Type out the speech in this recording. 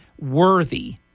worthy